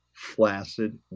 flaccid